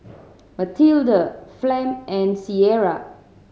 Mathilda Flem and Cierra